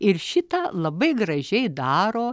ir šitą labai gražiai daro